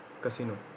casino